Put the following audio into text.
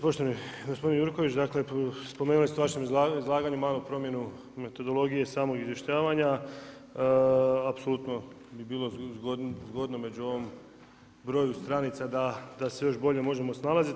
Poštovani gospodine Jurković, dakle spomenuli ste u vašem izlaganju malu promjenu metodologije samog izvještavanja, apsolutno bi bilo zgodno među ovim brojem stranica da se još bolje možemo snalaziti.